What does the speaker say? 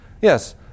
Yes